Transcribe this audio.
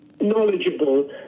knowledgeable